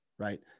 right